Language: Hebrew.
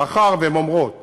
מאחר שהן אומרות